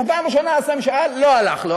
בפעם הראשונה הוא עשה משאל, לא הלך לו.